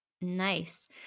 Nice